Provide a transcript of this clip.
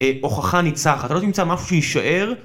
הוכחה ניצחת, אתה לא תמצא משהו שישאר